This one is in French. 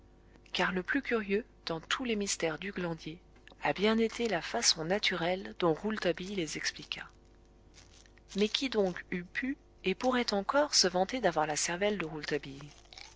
car le plus curieux dans tous les mystères du glandier a bien été la façon naturelle dont rouletabille les expliqua mais qui donc eût pu et pourrait encore se vanter d'avoir la cervelle de